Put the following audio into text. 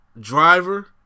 driver